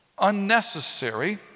unnecessary